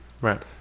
Right